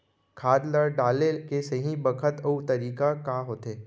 खाद ल डाले के सही बखत अऊ तरीका का होथे?